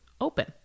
open